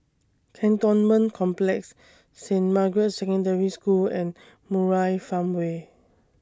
Cantonment Complex Saint Margaret's Secondary School and Murai Farmway